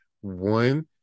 One